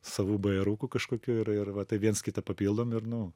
savų bajarukų kažkokių ir ir va taip viens kitą papildom ir nu